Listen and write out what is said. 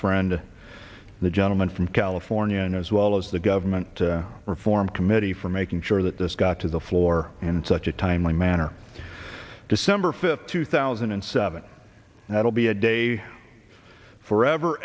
friend the gentleman from california as well as the government reform committee for making sure that this got to the floor and such a timely manner december fifth two thousand and seven that will be a day forever